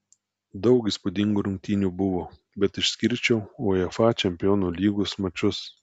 daug įspūdingų rungtynių buvo bet išskirčiau uefa čempionų lygos mačus